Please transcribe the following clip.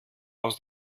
aus